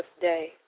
day